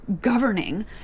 governing